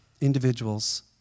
individuals